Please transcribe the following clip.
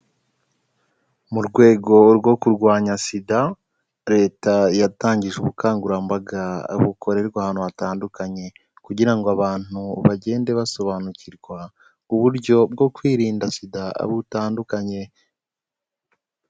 Mu rwego rwo kurwanya SIDA, Leta yatangije ubukangurambaga bukorerwa ahantu hatandukanye, kugira ngo abantu bagende basobanukirwa uburyo bwo kwirinda SIDA butandukanye.